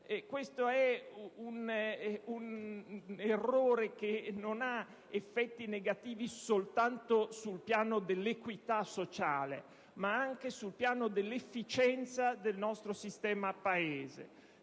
Questo è un errore che non ha effetti negativi soltanto sul piano dell'equità sociale, ma anche su quello dell'efficienza del nostro sistema-Paese.